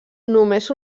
només